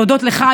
ולהודות לך,